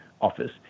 Office